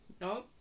No